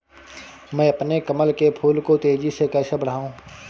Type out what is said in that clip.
मैं अपने कमल के फूल को तेजी से कैसे बढाऊं?